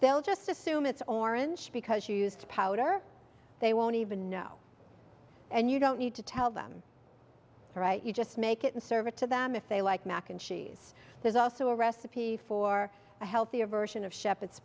they'll just assume it's orange because you used powder they won't even know and you don't need to tell them right you just make it and serve it to them if they like mac and cheese there's also a recipe for a healthier version of shepherd's